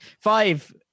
five